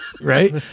Right